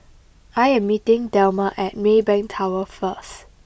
I am meeting Delmar at Maybank Tower first